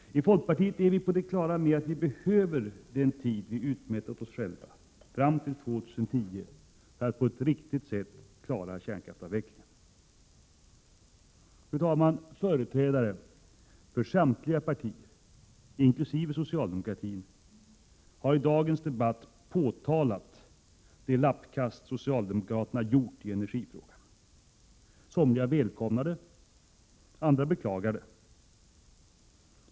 I folkpartiet är vi på det klara med att vi behöver den tid som vi har utmätt åt oss själva, fram till år 2010, för att på ett riktigt sätt klara kärnkraftsavvecklingen. Fru talman! Företrädare för samtliga partier, inkl. socialdemokratin, har i dagens debatt påtalat det lappkast som socialdemokraterna har gjort i energifrågan. Somliga välkomnar det, medan andra beklagar det.